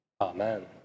Amen